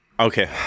Okay